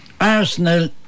Arsenal